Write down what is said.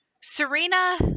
Serena